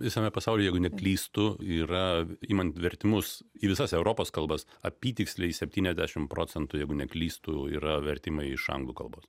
visame pasaulyje jeigu neklystu yra imant vertimus į visas europos kalbas apytiksliai septyniasdešim procentų jeigu neklystu yra vertimai iš anglų kalbos